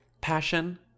passion